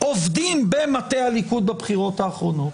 עובדים במטה הליכוד בבחירות האחרונות,